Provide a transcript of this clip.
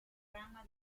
rama